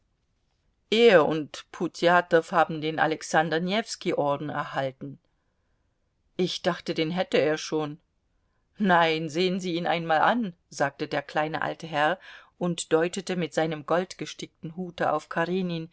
er und putjatow haben den alexander newski orden erhalten ich dachte den hätte er schon nein sehen sie ihn einmal an sagte der kleine alte herr und deutete mit seinem goldgestickten hute auf